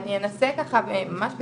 אני אנסה ככה, ממש בקצרה,